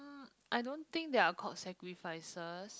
I don't think they are called sacrifices